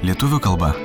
lietuvių kalba